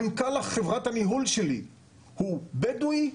מנכ"ל חברת הניהול שלי הוא בדואי,